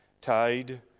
tied